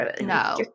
No